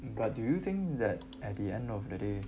but do you think that at the end of the day